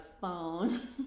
phone